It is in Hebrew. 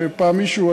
שפעם מישהו,